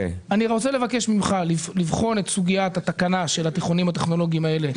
אני רוצה לבקש ממך לבחון את סוגיית התקנה של התיכונים הטכנולוגיים הללו,